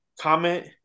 comment